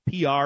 PR